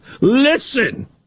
Listen